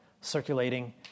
circulating